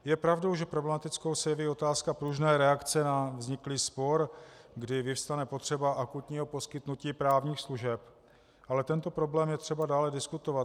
Je pravdou, že problematickou se jeví otázka pružné reakce na vzniklý spor, kdy vyvstane potřeba akutního poskytnutí právních služeb, ale tento problém je třeba dále diskutovat.